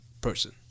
person